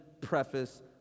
preface